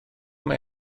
mae